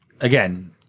again